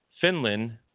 Finland